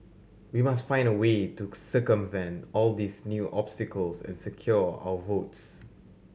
we must find a way to circumvent all these new obstacles and secure our votes